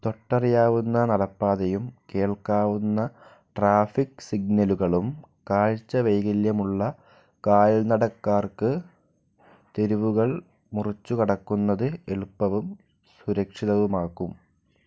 തൊട്ടറിയാവുന്ന നടപ്പാതയും കേൾക്കാവുന്ന ട്രാഫിക് സിഗ്നലുകളും കാഴ്ച വൈകല്യമുള്ള കാൽനടക്കാർക്ക് തെരുവുകൾ മുറിച്ചുകടക്കുന്നത് എളുപ്പവും സുരക്ഷിതവുമാക്കും